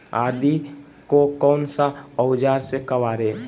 आदि को कौन सा औजार से काबरे?